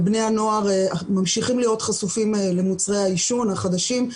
בני הנוער ממשיכים להיות חשופים למוצרי העישון החדשים.